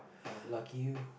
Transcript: uh lucky you